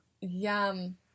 Yum